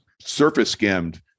surface-skimmed